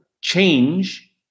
change